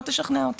לא תשכנע אותי,